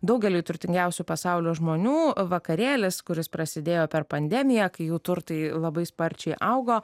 daugeliui turtingiausių pasaulio žmonių vakarėlis kuris prasidėjo per pandemiją kai jų turtai labai sparčiai augo